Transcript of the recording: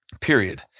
period